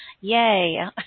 yay